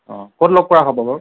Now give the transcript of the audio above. ক'ত লগ কৰা হ'ব বাৰু